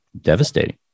devastating